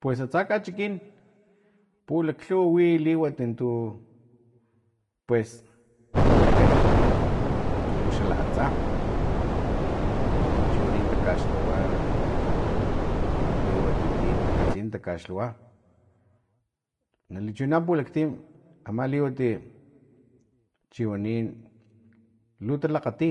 Pues atsa kachikin pulaklhuw wi liwat un tu pues lhawakan untu lu xalatsa chiwani takaxlhawa liwati ti takaxlhawa na li chiwinana pulaktim ama liwati chiwani lu talakgati